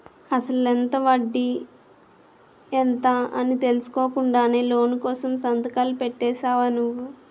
అసలెంత? వడ్డీ ఎంత? అని తెలుసుకోకుండానే లోను కోసం సంతకాలు పెట్టేశావా నువ్వు?